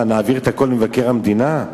נעביר הכול למבקר המדינה?